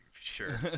sure